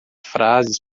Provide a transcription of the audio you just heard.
frases